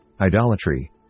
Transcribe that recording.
idolatry